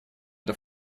это